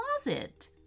closet